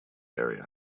area